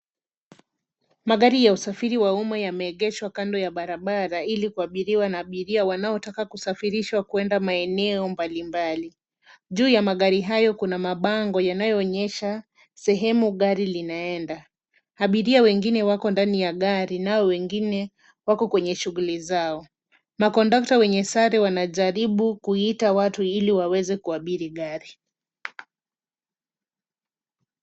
Magari ya usafiri wa umma yameegeshwa kando ya barabara ili kuabiriwa na abiria wanaotaka kusafirishwa kwenda maeneo mbalimbali. Juu ya magari hayo kuna mabango yanayoonyesha sehemu gari linaenda. Abiria wengine wako ndani ya gari nao wengine wako kwenye shughuli zao. Makondakta wenye sare wanajaribu kuita watu ili waweze kuabiri gari.